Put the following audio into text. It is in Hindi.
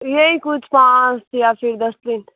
यही कुछ पाँच या फिर दस दिन